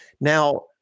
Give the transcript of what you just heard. Now